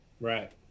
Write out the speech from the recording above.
Right